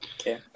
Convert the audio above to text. Okay